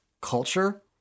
culture